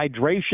Hydration